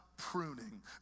Pruning